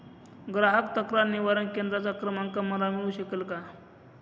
ग्राहक तक्रार निवारण केंद्राचा क्रमांक मला मिळू शकेल का?